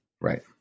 right